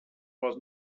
was